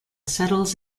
settles